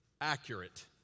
Accurate